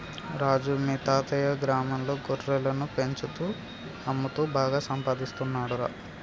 రాజు మీ తాతయ్యా గ్రామంలో గొర్రెలను పెంచుతూ అమ్ముతూ బాగా సంపాదిస్తున్నాడురా